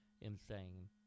insane